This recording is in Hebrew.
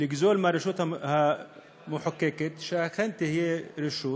לגזול מהרשות המחוקקת שאכן תהיה רשות